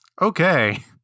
Okay